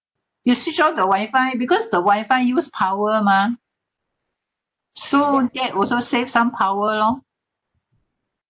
you switch off the wifi because the wifi use power mah so that also save some power lor